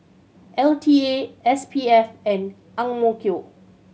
L T A S P F and AMK